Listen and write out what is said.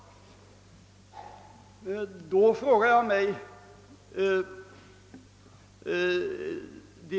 Jag frågar mig nu hur det ligger till i detta avseende.